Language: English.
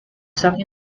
sang